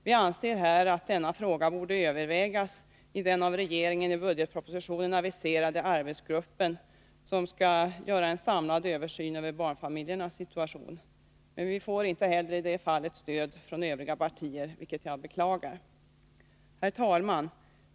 Vi anser att denna fråga borde övervägas i den av regeringen i budgetpropositionen aviserade arbetsgruppen som skall göra en samlad översyn över barnfamiljernas situation, men vi får inte heller i det fallet stöd från övriga partier, vilket jag beklagar. Herr talman!